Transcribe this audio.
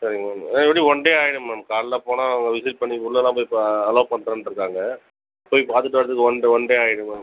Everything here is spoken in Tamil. சரிங்க மேம் எப்படியும் ஒன் டே ஆகிடும் மேம் காலையில் போனால் அவங்க விசிட் பண்ணி உள்ளெலாம் போய் ப அலோவ் பண்ணுறேன்ருக்காங்க போய் பார்த்துட்டு வர்றதுக்கு ஒன் ஒன் டே ஆகிடும் மேம்